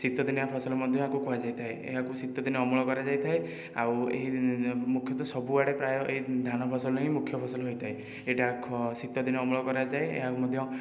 ଶୀତ ଦିନିଆ ଫସଲ ମଧ୍ୟ ଏହାକୁ କୁହାଯାଇଥାଏ ଏହାକୁ ଶୀତ ଦିନେ ଅମଳ କରାଯାଇଥାଏ ଆଉ ଏହି ମୁଖ୍ୟତଃ ସବୁଆଡ଼େ ପ୍ରାୟ ଏହି ଧାନ ଫସଲ ହିଁ ମୁଖ୍ୟ ଫସଲ ହୋଇଥାଏ ଏଇଟା ଶୀତ ଦିନେ ଅମଳ କରାଯାଏ ଏହାକୁ ମଧ୍ୟ